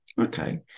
okay